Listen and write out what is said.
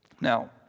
Now